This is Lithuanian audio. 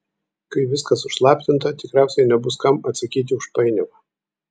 kai viskas užslaptinta tikriausiai nebus kam atsakyti už painiavą